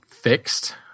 fixed